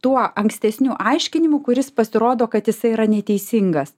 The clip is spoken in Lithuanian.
tuo ankstesniu aiškinimu kuris pasirodo kad jisai yra neteisingas